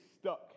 stuck